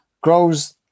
grows